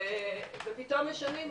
ופתאום משנים,